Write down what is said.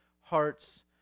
hearts